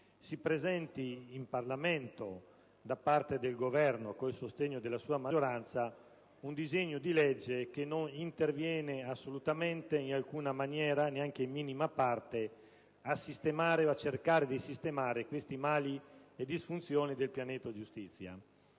si presenti in Parlamento da parte del Governo, con il sostegno della sua maggioranza, un disegno di legge che non interviene assolutamente, in alcuna maniera, neanche in minima parte, per cercare di porre rimedio a questi mali e a queste disfunzioni del pianeta giustizia.